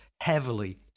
heavily